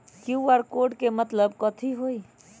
QR code के मतलब कथी होई?